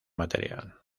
material